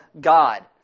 God